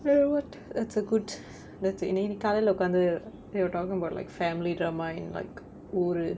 very good that's a good that's a இன்னைக்கு நீ காலையில ஒக்காந்து:innaikku nee kalaiyila okkaanthu you're talking about like family drama in like ooru